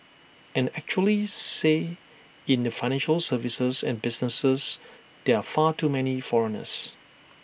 and actually say in the financial services and business there are far too many foreigners